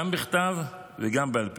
גם בכתב וגם בעל פה,